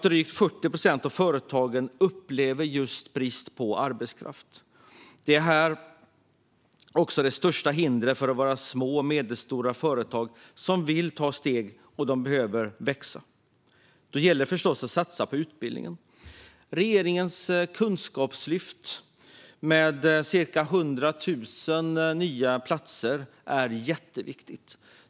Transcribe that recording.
Drygt 40 procent av företagen upplever brist på arbetskraft. Det är också det största hindret för våra små och medelstora företag som vill ta steg och behöver växa. Då gäller det förstås att satsa på utbildningen. Regeringens kunskapslyft med ca 100 000 nya platser är jätteviktigt.